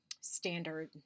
standard